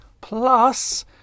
Plus